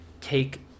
take –